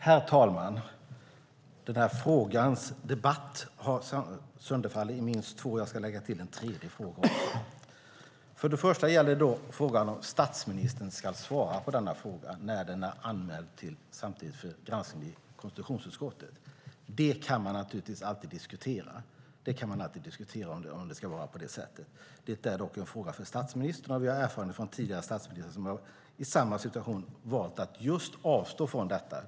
Herr talman! Debatten om den här frågan har sönderfallit i två delar, och jag ska lägga till en tredje. Den första delen handlar om ifall statsministern ska svara på denna fråga när den samtidigt är anmäld för granskning i konstitutionsutskottet. Det kan man naturligtvis alltid diskutera. Det är dock en fråga för statsministern, och det finns exempel på tidigare statsministrar som i samma situation har valt att avstå från detta.